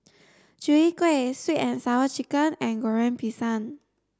Chwee Kueh sweet and sour chicken and Goreng Pisang